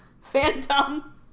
phantom